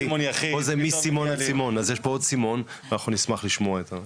כמובן שאנחנו נשמח גם כן לסייע.